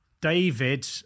david